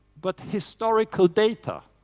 but historical data